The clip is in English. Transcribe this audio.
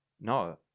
no